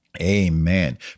Amen